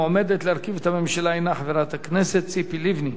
המועמדת להרכיב את הממשלה הינה חברת הכנסת ציפי לבני.